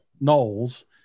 Knowles